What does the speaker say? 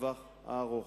לטווח הארוך.